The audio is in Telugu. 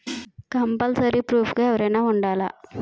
కంపల్సరీ ప్రూఫ్ గా ఎవరైనా ఉండాలా?